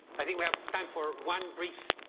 i think we have time for one brief.